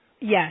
yes